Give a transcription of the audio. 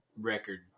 record